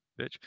bitch